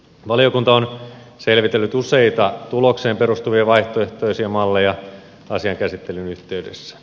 valiokunta on selvitellyt useita tulokseen perustuvia vaihtoehtoisia malleja asian käsittelyn yhteydessä